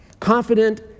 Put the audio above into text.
confident